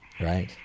Right